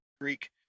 Greek